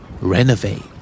Renovate